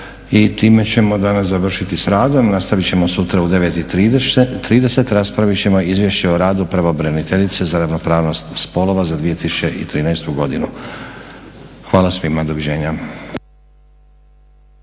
I time ćemo danas završiti sa radom, nastaviti ćemo sutra u 9,30. Raspraviti ćemo Izvješće o radu pravobraniteljice za ravnopravnost spolova za 2013. godinu. Hvala svima, doviđenja.